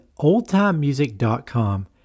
oldtimemusic.com